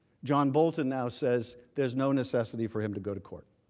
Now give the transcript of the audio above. john bolton now says there is no necessity for him to go to court.